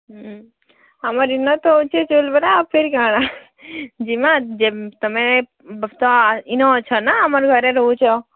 ଆମର୍ ଇନ ତ ହଉଛେ ଚଉଲ୍ ବରା ଆଉ ଫିର୍ କାଣା ଜିମା ଯେ ତମେ ଇନ ଅଛ ନା ଆମର୍ ଘରେ ରହୁଛ